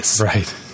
right